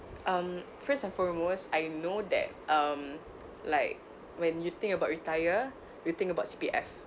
um first and foremost I know that um like when you think about retire you think about C_P_F